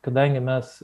kadangi mes